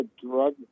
drug